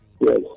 Yes